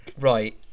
Right